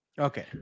Okay